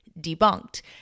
debunked